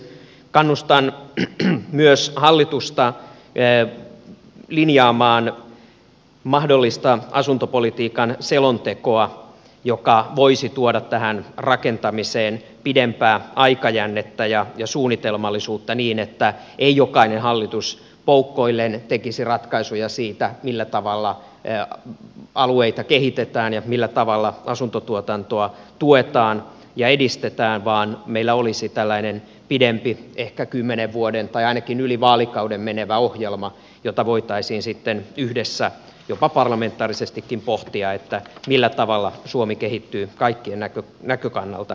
kannustan myös hallitusta linjaamaan mahdollista asuntopolitiikan selontekoa joka voisi tuoda tähän rakentamiseen pidempää aikajännettä ja suunnitelmallisuutta niin että ei jokainen hallitus poukkoillen tekisi ratkaisuja siitä millä tavalla alueita kehitetään ja millä tavalla asuntotuotantoa tuetaan ja edistetään vaan meillä olisi tällainen pidempi ehkä kymmenen vuoden tai ainakin yli vaalikauden menevä ohjelma jota voitaisiin sitten yhdessä jopa parlamentaarisesti pohtia millä tavalla suomi kehittyy kaikkien näkökannalta parhaalla tavalla